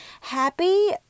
happy